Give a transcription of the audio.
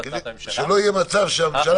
זו הצעת הממשלה --- שלא יהיה מצב שהממשלה